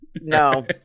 No